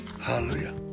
hallelujah